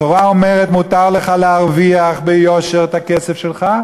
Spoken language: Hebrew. התורה אומרת: מותר לך להרוויח ביושר את הכסף שלך,